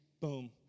Boom